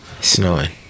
Snowing